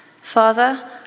Father